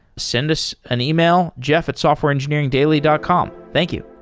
send us an email, jeff at softwareengineeringdaily dot com. thank you